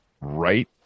right